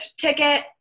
ticket